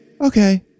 Okay